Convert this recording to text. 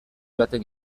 joaten